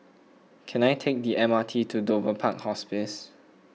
can I take the M R T to Dover Park Hospice